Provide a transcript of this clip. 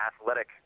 athletic